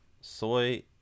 Soy